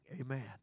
Amen